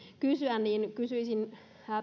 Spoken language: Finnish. kysyä niin kysyisin